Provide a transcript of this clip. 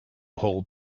hold